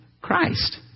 Christ